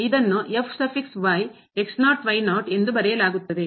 ಮತ್ತು ಇದನ್ನು ಎಂದು ಬರೆಯಲಾಗುತ್ತದೆ